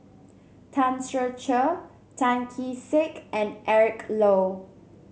Tan Ser Cher Tan Kee Sek and Eric Low